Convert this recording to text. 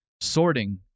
sorting